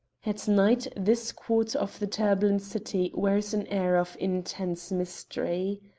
at night this quarter of the turbulent city wears an air of intense mystery.